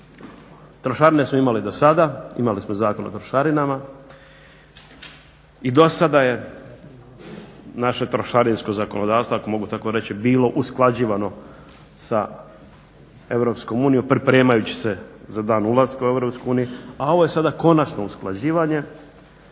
Trošarine smo imali do sada, imali smo Zakon o trošarinama i do sada je naše trošarinsko zakonodavstvo ako mogu tako reći bilo usklađivano sa Europskom unijom pripremajući se za dan ulaska u Europsku uniju, a ovo je sada konačno usklađivanje.